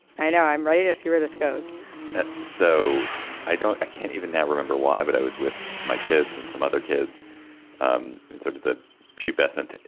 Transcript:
i know i'm ready to see where this goes so i don't i can't even now remember why. but i was with my kids and some other kids um in sort of the pubescent,